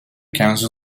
council